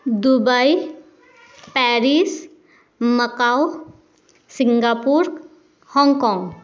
Dubai Paris Macau Singapore Hong Kong